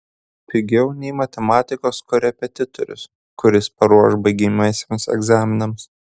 pigiau nei matematikos korepetitorius kuris paruoš baigiamiesiems egzaminams